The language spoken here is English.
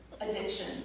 Addiction